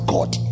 God